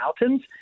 mountains